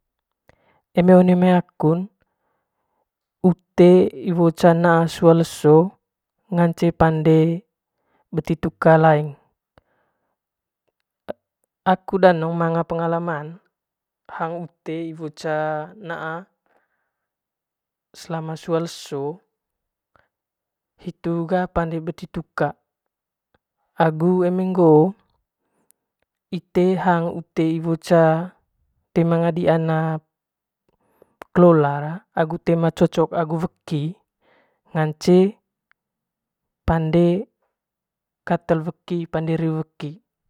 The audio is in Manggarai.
Eme one mai akun ute te naa sua leso nganceng pande beti tika laing aku danong perna pengalan naa ca ute iwo selama sua leso hitu ga panned beti tuka agu eme ngoo ite hsng ute iwo ca toe manaa dia kelolar agu toe ma cocok agu weki ngance pande katel weki pande reu weki.